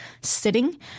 sitting